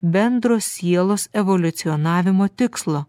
bendro sielos evoliucionavimo tikslo